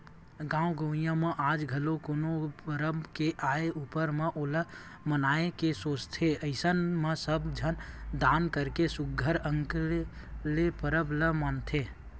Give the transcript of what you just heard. गाँव गंवई म आज घलो कोनो परब के आय ऊपर म ओला मनाए के सोचथे अइसन म सब झन दान करके सुग्घर अंकन ले परब ल मनाथे